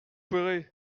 ferez